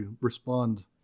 respond